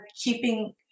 keeping